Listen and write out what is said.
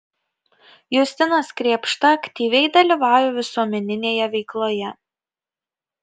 justinas krėpšta aktyviai dalyvauja visuomeninėje veikloje